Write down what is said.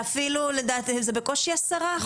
קלינאית תקשורת, מרפאה בעיסוק ופסיכולוגים.